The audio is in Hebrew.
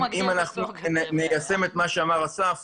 אם אנחנו ניישם את מה שאמר אסף